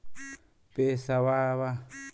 पेसावा हमरा खतवे से ही कट जाई?